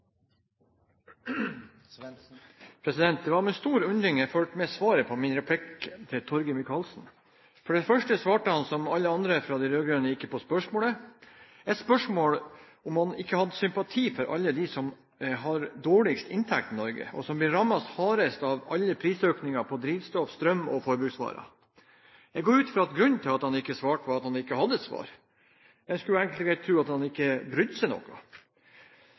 Det var med stor undring jeg fulgte med på svaret på min replikk til Torgeir Micaelsen. For det første svarte han, som alle andre fra de rød-grønne, ikke på spørsmålet, som gikk på om han ikke hadde sympati med alle dem som har dårligst inntekt i Norge, og som blir rammet hardest av alle prisøkningene på drivstoff, strøm og forbruksvarer. Jeg går ut fra at grunnen til at han ikke svarte, var at han ikke hadde et svar. Man kunne egentlig tro at han ikke brydde seg.